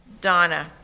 Donna